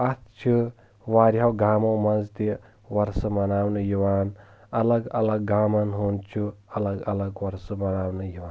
اتھ چھِ واریاہو گامو منٛز تہِ وۄرثہٕ مناونہٕ یِوان الگ الگ گامن ہُنٛد چھُ الگ الگ وۄرثہٕ مناونہٕ یِوان